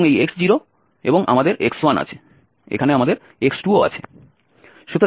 এবং এই x0 এবং আমাদের x1 আছে এখানে আমাদের x2 ও আছে